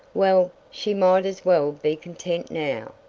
well, she might as well be content now.